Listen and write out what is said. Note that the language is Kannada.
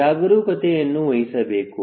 ಜಾಗರೂಕತೆಯನ್ನು ವಹಿಸಬೇಕು